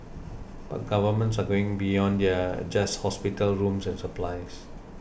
but governments are going beyond just hospital rooms and supplies